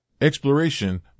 Exploration